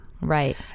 Right